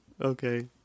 okay